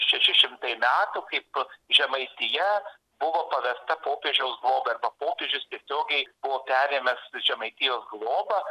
šeši šimtai metų kaip žemaitija buvo pavesta popiežiaus globai arba popiežius tiesiogiai buvo perėmęs žemaitijos globą